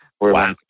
Wow